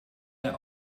der